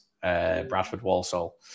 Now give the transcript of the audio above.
Bradford-Walsall